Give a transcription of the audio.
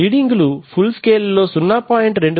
రీడింగులు full scale లో 0